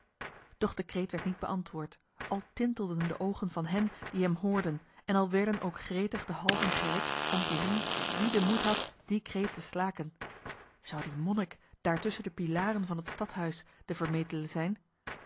de kreet werd niet beantwoord al tintelden de oogen van hen die hem hoorden en al werden ook gretig de halzen gerekt om te zien wie den moed had dien kreet te slaken zou die monnik daar tusschen de pilaren van het stadhuis de vermetele zijn